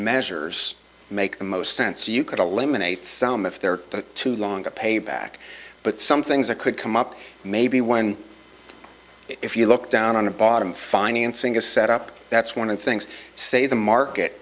measures make the most sense you could eliminate some if there are too long to pay back but some things that could come up maybe one if you look down on the bottom financing is set up that's one of the things say the market